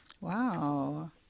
Wow